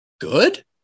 good